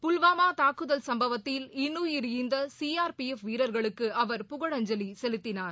புல்வாமா தூக்குதல் சம்பவத்தில் இன்னுயிர் ஈந்த சி ஆர் பி எஃப் வீரர்களுக்கு அவர் புகழஞ்சலி செலுத்தினார்